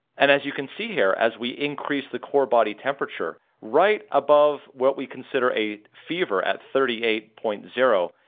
and as you can see here as we increase the core body temperature right above what we consider a fever at thirty eight point zero,